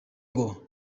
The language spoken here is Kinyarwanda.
ngo